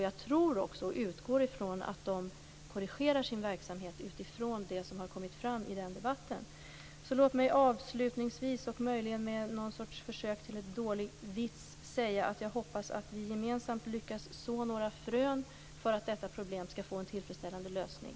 Jag utgår ifrån att de också korrigerar sin verksamhet utifrån det som kommit fram i debatten. Låt mig avslutningsvis och med ett försök till dålig vits säga att jag hoppas att vi gemensamt lyckas så några frön för att detta problem skall få en tillfredsställande lösning.